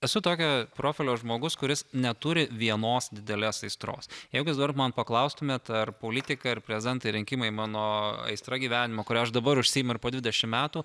esu tokio profilio žmogus kuris neturi vienos didelės aistros jeigu jūs dar man paklaustumėt ar politika ir prezidento rinkimai mano aistra gyvenimo kuria aš dabar užsiimu ir po dvidešimt metų